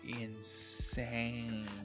insane